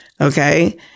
okay